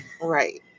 Right